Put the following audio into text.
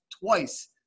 twice